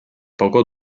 poco